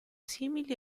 simili